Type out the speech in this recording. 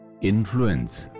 influence